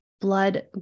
blood